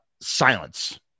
silence